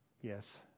Yes